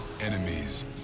Enemies